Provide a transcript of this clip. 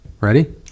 Ready